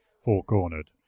four-cornered